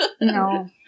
No